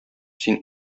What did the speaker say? син